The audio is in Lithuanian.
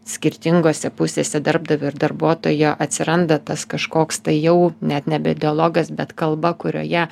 skirtingose pusėse darbdavio ir darbuotojo atsiranda tas kažkoks tai jau net nebe dialogas bet kalba kurioje